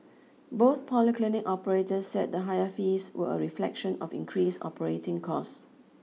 both polyclinic operators said the higher fees were a reflection of increased operating costs